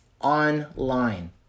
online